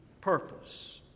purpose